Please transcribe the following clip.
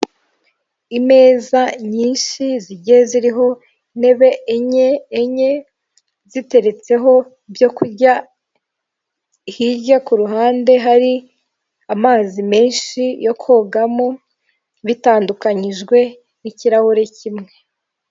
Imeza nyinshi zigiye ziriho intebe enye enye ziteretseho ibyo kurya hirya kuru ruhande hari amazi menshi yo kogamo bitandukanyijwe n'ikirahure kimwe.